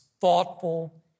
thoughtful